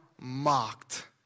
mocked